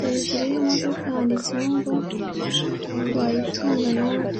hejuru y'iyo modoka hantseho ngo wayitunga nawe.